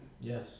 Yes